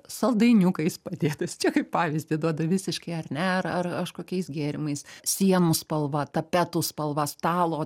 saldainiukais padėtais čia kaip pavyzdį duodu visiškai ar ne ar ar kažkokiais gėrimais sienų spalva tapetų spalva stalo